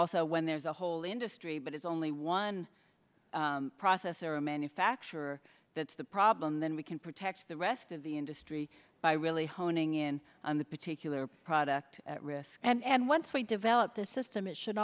also when there's a whole industry but it's only one processor manufacturer that's the problem then we can protect the rest of the industry by really honing in on the particular product risk and once we develop this system it should